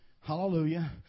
Hallelujah